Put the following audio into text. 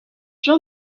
jean